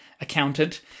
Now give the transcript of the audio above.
accountant